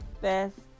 best